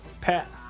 Pat